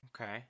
Okay